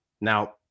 now